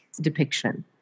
depiction